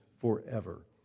forever